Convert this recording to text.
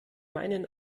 meinen